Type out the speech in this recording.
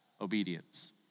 Obedience